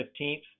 15th